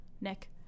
Nick